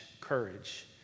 courage